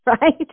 right